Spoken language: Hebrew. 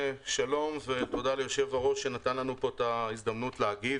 שלום ותודה ליושב-ראש שנתן לנו הזדמנות להגיב.